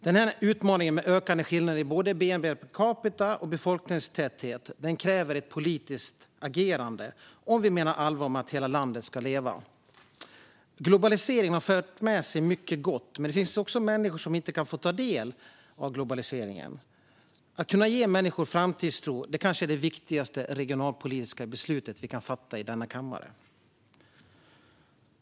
Denna utmaning med ökande skillnader i både bnp per capita och befolkningstäthet kräver ett politiskt agerande om vi menar allvar med att hela landet ska leva. Globaliseringen har fört med sig mycket gott, men det finns också människor som inte får ta del av globaliseringen. Att kunna ge människor framtidstro är kanske det viktigaste regionalpolitiska beslut vi kan fatta i denna kammare.